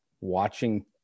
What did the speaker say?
Watching